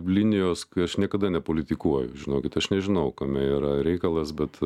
linijos aš niekada nepolitikuoju žinokit aš nežinau kame yra reikalas bet